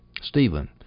Stephen